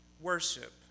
Worship